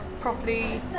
properly